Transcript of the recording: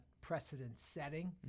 precedent-setting